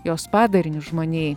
jos padarinius žmonijai